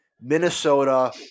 Minnesota